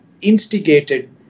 instigated